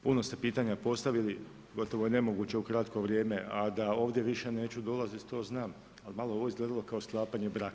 Puno ste pitanja postavili, gotovo je nemoguće u kratko vrijeme, a da ovdje više neću dolaziti to znam, ali malo ovo je izgledalo kao sklapanje braka.